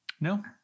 No